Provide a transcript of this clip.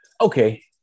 Okay